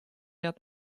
ряд